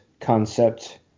concept